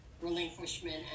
relinquishment